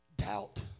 Doubt